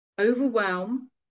Overwhelm